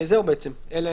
אלה